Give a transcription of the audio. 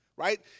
right